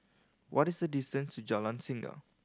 what is the distance to Jalan Singa